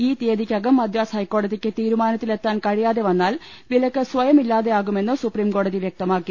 ഈ തീയതിക്കകം മദ്രാസ് ഹൈക്കോ ടതിക്ക് തീരുമാനത്തിലെത്താൻ കഴിയാതെ വന്നാൽ വിലക്ക് സ്വയം ഇല്ലാതെയാകുമെന്ന് സുപ്രീംകോടതി വൃക്തമാക്കി